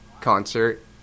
concert